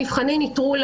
מבחני נטרול.